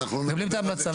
מקבלים את ההמלצה ומתקדמים.